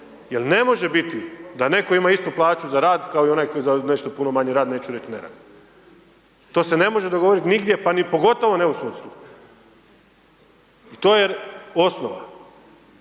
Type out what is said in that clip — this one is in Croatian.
Jer ne može biti da netko ima istu plaću za rad kao i onaj kao i onaj za nešto puno manji rad, neću reći ne rad. To se ne može dogoditi nigdje pa ni pogotovo ne u sudstvu. I to je osnova.